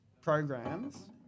programs